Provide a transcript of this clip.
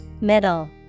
Middle